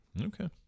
Okay